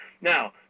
Now